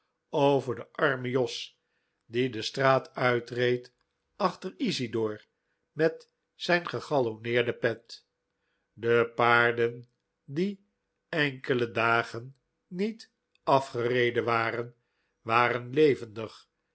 over den armen jos die de straat uitreed achter isidor met zijn gegalonneerde pet de paarden die enkele dagen niet afgereden waren waren levendig